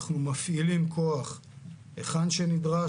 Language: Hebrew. אנחנו מפעילים כוח היכן שנדרש,